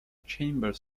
chamber